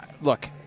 look